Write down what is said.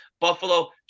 Buffalo